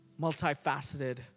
multifaceted